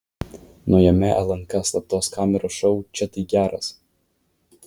naujame lnk slaptos kameros šou čia tai geras